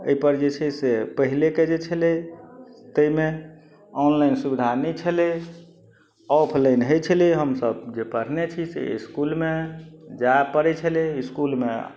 अइपर जे छै से पहिलेके जे छलै तैमे ऑनलाइन सुविधा नहि छलै ऑफलाइन होइ छलै हमसब जे पढ़ने छी से इसकुलमे जाइ पड़य छलै इसकुलमे